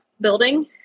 building